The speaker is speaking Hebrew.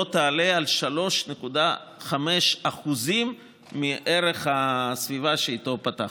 לא תעלה על 3.5% מערך הסביבה שאיתו פתחתי.